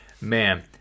man